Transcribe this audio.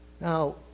Now